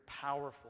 powerful